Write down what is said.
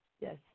yes